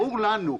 ברור לנו,